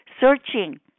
searching